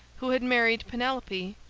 who had married penelope,